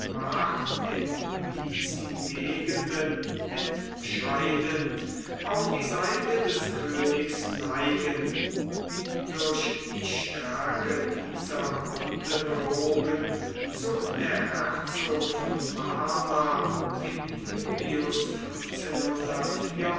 macht in diesen gegenden entscheidend auf die seite des königs neigen durch die stärke dieser gründe bewogen zog der herzog von parma im julius